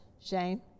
Shane